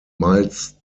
miles